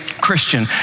Christian